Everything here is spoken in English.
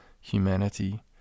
humanity